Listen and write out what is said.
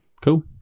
Cool